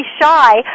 shy